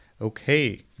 Okay